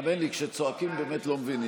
אף אחד לא אשם.